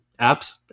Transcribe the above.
apps